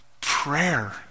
prayer